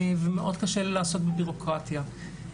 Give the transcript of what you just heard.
ומאוד קשה לעסוק בבירוקרטיה.